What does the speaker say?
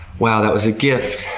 wow, that was a gift!